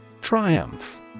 Triumph